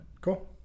cool